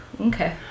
Okay